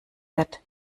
wird